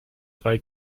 drei